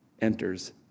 enters